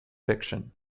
fiction